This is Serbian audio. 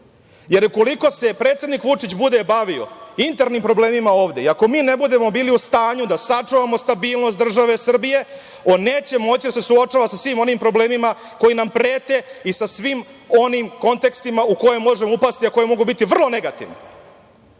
Jer, ukoliko se predsednik Vučić bude bavio internim problemima ovde i ako mi ne budemo bili u stanju da sačuvamo stabilnost države Srbije, on neće moći da se suočava sa svim onim problemima koji nam prete i sa svim onim kontekstima u koje možemo upasti, a koje mogu biti vrlo negativne.